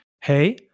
hey